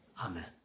Amen